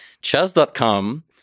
chess.com